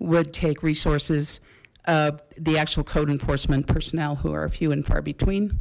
would take resources the actual code enforcement personnel who are a few and far between